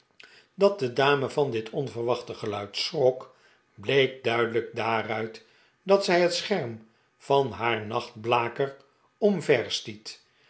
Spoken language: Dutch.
dat de dame van dit onverwachte geluid sehrok bleek duidelijk daaruit dat zij het scherm van haar riachtblaker omverstiet